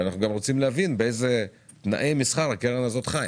אבל אנחנו רוצים להבין באיזה תנאי מסחר הקרן הזאת חיה.